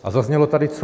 A zaznělo tady co?